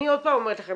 אני עוד פעם אומרת לכם,